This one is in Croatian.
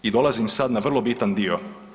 I dolazim sad na vrlo bitan dio.